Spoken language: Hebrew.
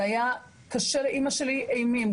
זה היה קשה לאמא שלי קושי אימים,